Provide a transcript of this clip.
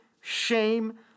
shame